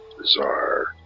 bizarre